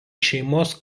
šeimos